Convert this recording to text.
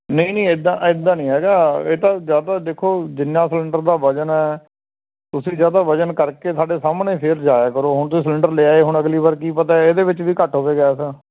ਨਹੀਂ ਨਹੀਂ ਇੱਦਾਂ ਇੱਦਾਂ ਨਹੀਂ ਹੈਗਾ ਇਹ ਤਾਂ ਜ਼ਿਆਦਾ ਦੇਖੋ ਜਿੰਨਾ ਸਿਲੰਡਰ ਦਾ ਵਜ਼ਨ ਹੈ ਤੁਸੀਂ ਜਾਂ ਤਾਂ ਵਜ਼ਨ ਕਰਕੇ ਸਾਡੇ ਸਾਹਮਣੇ ਫਿਰ ਜਾਇਆ ਕਰੋ ਹੁਣ ਤੁਸੀਂ ਸਿਲੰਡਰ ਲਿਆਏ ਹੁਣ ਅਗਲੀ ਵਾਰ ਕੀ ਪਤਾ ਇਹਦੇ ਵਿੱਚ ਵੀ ਘੱਟ ਹੋਵੇ ਗੈਸ